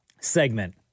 segment